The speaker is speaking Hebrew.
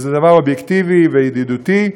וזה דבר אובייקטיבי וידידותי.